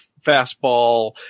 fastball